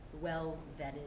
well-vetted